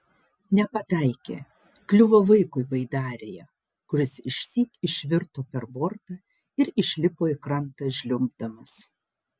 nepataikė kliuvo vaikui baidarėje kuris išsyk išvirto per bortą ir išlipo į krantą žliumbdamas